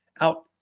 out